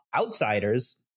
outsiders